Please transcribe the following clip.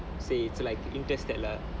say it's like interstellar